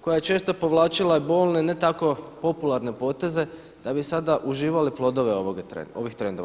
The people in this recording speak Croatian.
koja je često povlačila bolne, ne tako popularne poteze da bi sada uživali plodove ovih trendova.